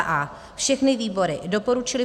a) všechny výbory doporučily